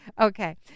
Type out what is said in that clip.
Okay